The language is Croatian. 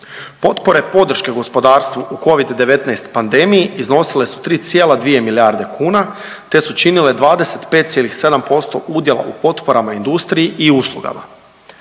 Potpore podrške gospodarstvu u Covid-19 pandemiji iznosile su 3,2 milijarde kuna te su činile 25,7% udjela u potporama industriji i uslugama.